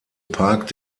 park